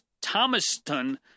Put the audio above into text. Thomaston